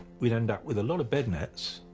we'd end up with a lot of bed nets,